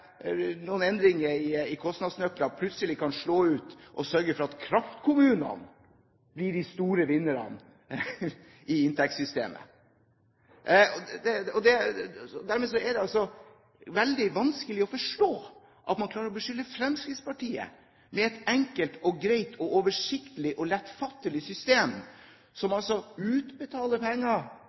noen endringer i kostnadsnøkkelen plutselig kan slå ut og sørge for at kraftkommunene blir de store vinnerne i inntektssystemet. Dermed er det altså veldig vanskelig å forstå at man klarer å beskylde Fremskrittspartiet, som går inn for et enkelt, greit, oversiktlig og lettfattelig system som går ut på å utbetale penger